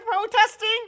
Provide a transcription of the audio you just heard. protesting